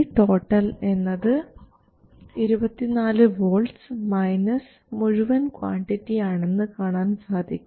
VSD എന്നത് 24 volts minus മുഴുവൻ quantity ആണെന്ന് കാണാൻ സാധിക്കും